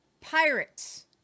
pirates